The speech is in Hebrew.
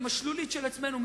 עם השלולית של עצמנו,